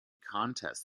contests